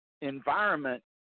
environment